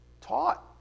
taught